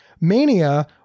Mania